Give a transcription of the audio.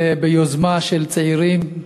צעירים,